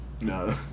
No